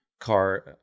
car